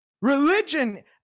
Religion